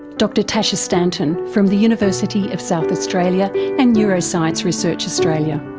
dr tasha stanton from the university of south australia and neuroscience research australia.